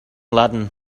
ludden